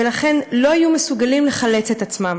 ולכן לא יהיו מסוגלים לחלץ את עצמם.